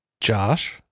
Josh